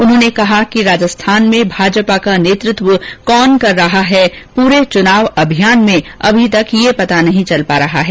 उन्होंने कहा कि राजस्थान में भाजपा का नेतृत्व कौन कर रहा है पूरे चुनाव अभियान में अभी तक यह पता नहीं चल पा रहा है